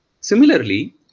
Similarly